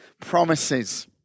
promises